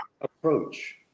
approach